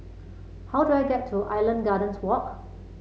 how do I get to Island Gardens Walk